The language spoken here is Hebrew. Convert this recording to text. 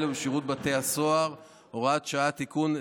ובשירות בתי הסוהר) (תיקוני חקיקה) (הוראת שעה) (תיקון),